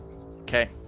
okay